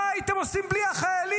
מה הייתם עושים בלי החיילים?